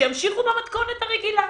שימשיכו במתכונת הרגילה.